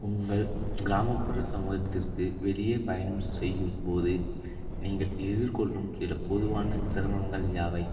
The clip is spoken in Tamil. உங்கள் கிராமப்புற சமூகத்திற்கு வெளியே பயணம் செய்யும்போது நீங்கள் எதிர்கொள்ளும் சில பொதுவான சிரமங்கள் யாவை